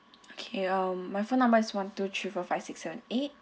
okay um my phone number is one two three four five six seven eight